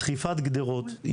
דחיפת גדרות,